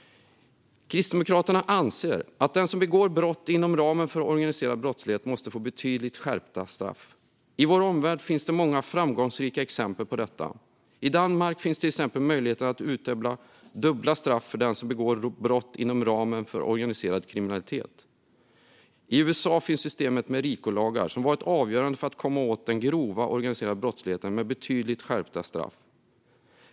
Kristdemokraterna anser att den som begår brott inom ramen för organiserad brottslighet måste få betydligt skärpta straff. I vår omvärld finns det många framgångsrika exempel på detta. I Danmark finns till exempel möjligheten att utdöma dubbla straff för den som begår brott inom ramen för organiserad kriminalitet. I USA finns systemet med RICO-lagarna som varit avgörande för att komma åt den grova organiserade brottsligheten med betydligt skärpta straff.